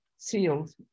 sealed